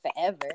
forever